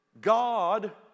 God